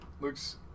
looks